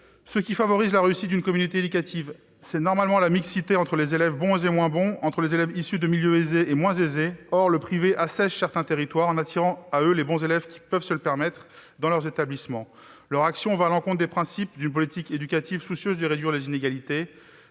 Ce qui favorise la réussite d'une communauté éducative, c'est normalement la mixité entre des élèves bons et moins bons, issus de milieux plus ou moins aisés. Or le privé assèche certains territoires en attirant dans ses établissements les bons élèves qui peuvent se le permettre. Son action va à l'encontre des principes mêmes d'une politique éducative soucieuse de réduire les inégalités.